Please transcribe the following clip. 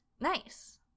Nice